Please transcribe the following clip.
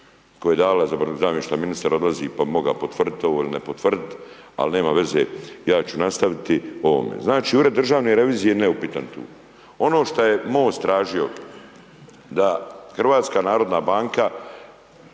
koja je davala za .../nerazumljivo/... ministar odlazi pa bi mogao potvrditi ovo ili ne potvrditi, ali nema veze. Ja ću nastaviti o ovome. Znači, Ured državne revizije je neupitan tu. Ono što je MOST tražio da HNB bude,